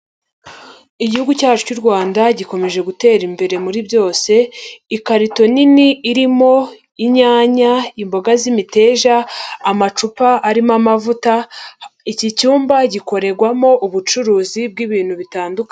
Igihugu cyacu cy'u Rwanda gikomeje gutera imbere muri byose. Ikarito nini irimo inyanya imboga z'imiteja, amacupa arimo amavuta, iki cyumba gikorerwamo ubucuruzi bw'ibintu bitandukanye.